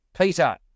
Peter